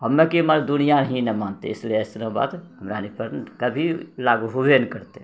हमे कि दुनिआँ ही ने मानतै इसीलिए कि ऐसनो बात हमरारि पर कभी लागू हुवे नहि करतै